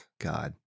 God